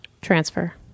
Transfer